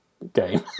Game